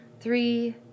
three